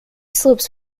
slopes